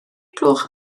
gloch